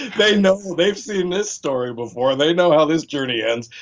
they know. they've seen this story before. they know how this journey ends.